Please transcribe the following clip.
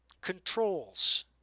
controls